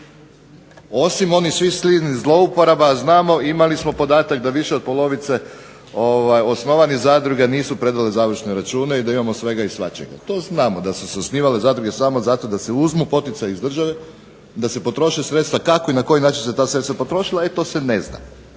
osim onih svih silnih zlouporaba. Znamo, imali smo podatak da više od polovice osnovanih zadruga nisu predali završne račune i da imamo svega i svačega. To znamo da su se osnivale zadruge samo zato da se uzmu poticaji iz države, da se potroše sredstva. Kako i na koji način su se ta sredstva potrošila, e to se ne zna.